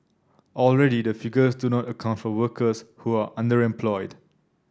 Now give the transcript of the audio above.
already the figures do not account for workers who are underemployed